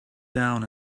down